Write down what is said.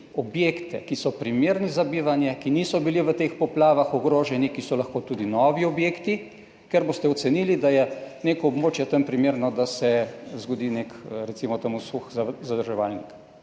objekte, ki so primerni za bivanje, ki niso bili v teh poplavah ogroženi, ki so lahko tudi novi objekti, ker boste ocenili, da je neko območje tam primerno, da se zgodi nek, recimo temu suh zadrževalnik.